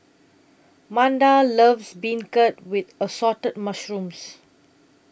Manda loves Beancurd with Assorted Mushrooms